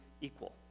equal